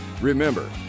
remember